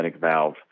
valve